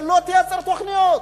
שלא תייצר תוכניות.